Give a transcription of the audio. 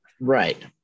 Right